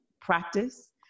practice